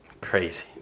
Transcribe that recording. Crazy